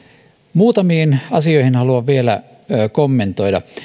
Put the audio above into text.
muutamia asioita haluan vielä kommentoida